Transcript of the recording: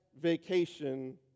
vacation